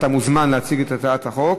אתה מוזמן להציג את הצעת החוק.